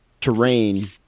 terrain